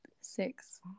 six